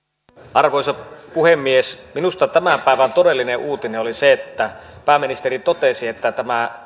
arvoisa puhemies minusta tämän päivän todellinen uutinen oli se että pääministeri totesi että tämä talouden